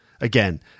again